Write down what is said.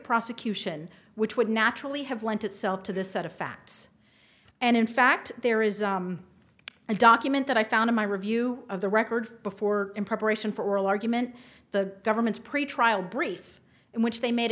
prosecution which would naturally have lent itself to the set of facts and in fact there is a document that i found in my review of the record before in preparation for oral argument the government's pretrial brief in which they made